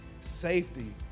safety